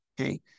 Okay